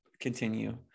continue